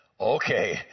okay